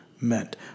meant